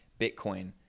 Bitcoin